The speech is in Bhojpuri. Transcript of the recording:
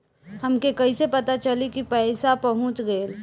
हमके कईसे पता चली कि पैसा पहुच गेल?